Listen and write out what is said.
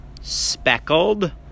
speckled